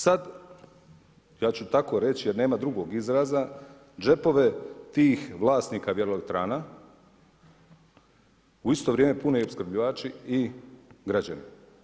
Sada ja ću tako reći jer nema drugog izraza, džepove tih vlasnika vjetroelektrana u isto vrijeme pune i opskrbljivači i građani.